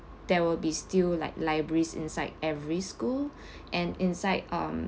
there will be still like libraries inside every school and inside um